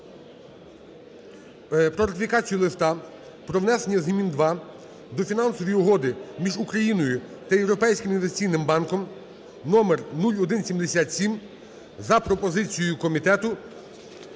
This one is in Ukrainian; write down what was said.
про ратифікацію Листа про внесення змін 2 до Фінансової угоди між Україною та Європейським інвестиційним банком (№ 0177) за пропозицією комітету